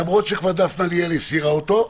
למרות שכבר דפנה ליאל הסירה אותו.